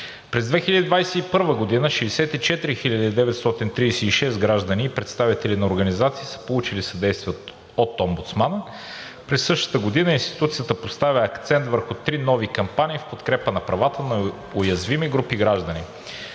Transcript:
През 2021 година 64 936 граждани и представители на организации са получили съдействие от Омбудсмана. През същата година институцията поставя акцент върху три нови кампании в подкрепа правата на уязвими групи граждани: